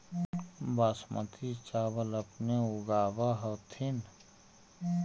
बासमती चाबल अपने ऊगाब होथिं?